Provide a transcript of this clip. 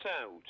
out